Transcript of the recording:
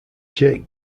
jake